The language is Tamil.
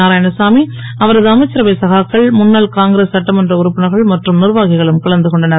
நாராயணசாமி அவரது அமைச்சரவை சகாக்கள் முன்னாள் காங்கிரஸ் சட்டமன்ற உறுப்பினர்கள் மற்றும் நிர்வாகிகளும் கலந்து கொண்டனர்